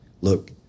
Look